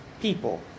people